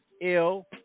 ill